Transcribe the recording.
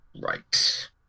Right